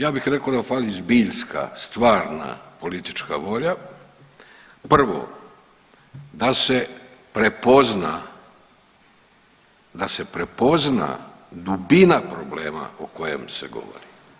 Ja bih rekao da fali zbiljska, stvarna politička volja, prvo, da se prepozna, da se prepozna dubina problema o kojem se govori.